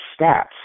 stats